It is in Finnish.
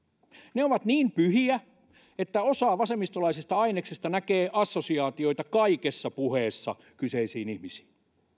ne ovat niin pyhiä että osa vasemmistolaisesta aineksesta näkee kaikessa puheessa assosiaatioita kyseisiin ihmisiin